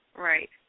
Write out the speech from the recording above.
right